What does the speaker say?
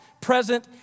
present